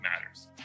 matters